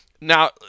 now